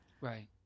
Right